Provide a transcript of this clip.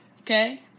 Okay